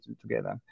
together